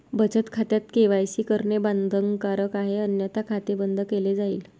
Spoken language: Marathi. बचत खात्यात के.वाय.सी करणे बंधनकारक आहे अन्यथा खाते बंद केले जाईल